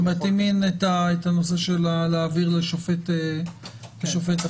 אם אין את האפשרות להעביר לשופט אחר?